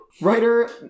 writer